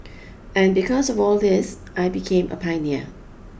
and because of all this I became a pioneer